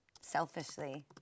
selfishly